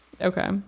Okay